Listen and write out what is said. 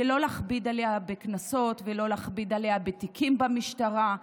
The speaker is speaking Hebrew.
ולא להכביד עליה בקנסות ולא להכביד עליה בתיקים במשטרה.